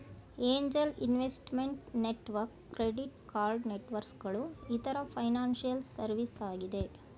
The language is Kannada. angel investment network, credit card networks ಗಳು ಇತರ ಫೈನಾನ್ಸಿಯಲ್ ಸರ್ವಿಸ್ ಆಗಿದೆ